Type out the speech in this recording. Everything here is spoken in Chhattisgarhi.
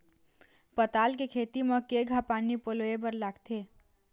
पताल के खेती म केघा पानी पलोए बर लागथे?